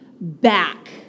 back